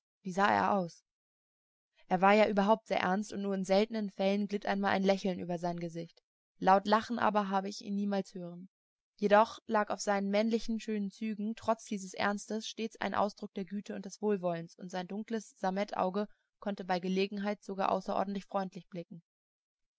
wie sah er aus er war ja überhaupt sehr ernst und nur in seltenen fällen glitt einmal ein lächeln über sein gesicht laut lachen aber habe ich ihn niemals hören jedoch lag auf seinen männlich schönen zügen trotz dieses ernstes stets ein ausdruck der güte und des wohlwollens und sein dunkles sammetauge konnte bei gelegenheit sogar außerordentlich freundlich blicken